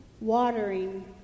watering